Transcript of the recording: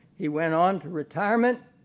he went on to retirement.